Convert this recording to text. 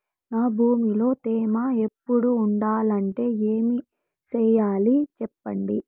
నా భూమిలో తేమ ఎప్పుడు ఉండాలంటే ఏమి సెయ్యాలి చెప్పండి?